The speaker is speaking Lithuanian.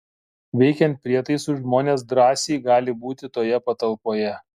veikiant prietaisui žmonės drąsiai gali būti toje patalpoje